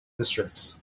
districts